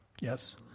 Yes